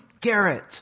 Garrett